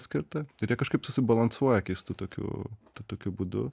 skirta ir jie kažkaip subalansuoja keistu tokiu tuo tokiu būdu